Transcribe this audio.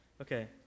Okay